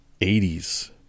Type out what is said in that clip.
80s